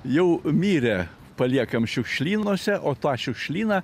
jau mirę paliekam šiukšlynuose o tą šiukšlyną